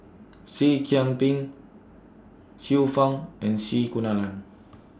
Seah Kian Peng Xiu Fang and C Kunalan